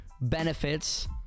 benefits